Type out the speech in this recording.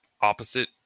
opposite